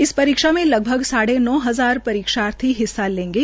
इस परीक्षा में लगभग साढे नौ हजार परीक्षार्थी हिस्सा लेंगे